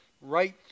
right